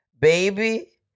baby